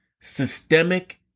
systemic